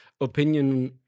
opinion